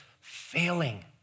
failing